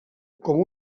com